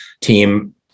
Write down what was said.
team